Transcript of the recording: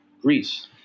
Greece